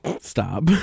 Stop